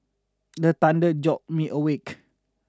the thunder jolt me awake